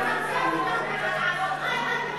מה הטלת על עזה?